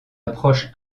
approche